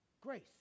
Grace